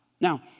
Now